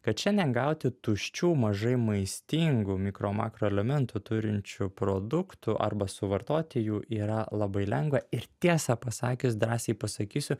kad šiandien gauti tuščių mažai maistingų mikro makro elementų turinčių produktų arba suvartoti jų yra labai lengva ir tiesą pasakius drąsiai pasakysiu